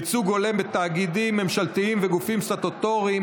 ייצוג הולם בתאגידים ממשלתיים וגופים סטטוטוריים),